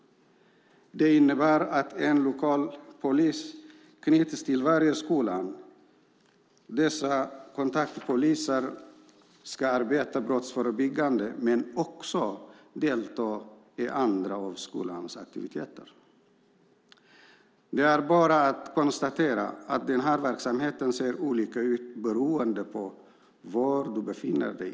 Det innebär att en lokal polis knyts till varje skola. Dessa kontaktpoliser ska arbeta brottsförebyggande men också delta i andra av skolans aktiviteter. Det är bara att konstatera att denna verksamhet ser olika ut beroende på var i landet du befinner dig.